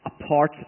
apart